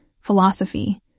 philosophy